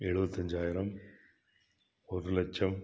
எழுபத்தஞ்சாயிரம் ஒரு லட்சம்